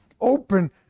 open